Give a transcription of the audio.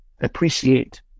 appreciate